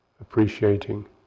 appreciating